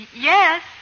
yes